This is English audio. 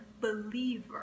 believer